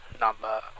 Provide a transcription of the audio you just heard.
number